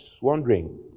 Wondering